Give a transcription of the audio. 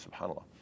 SubhanAllah